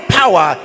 power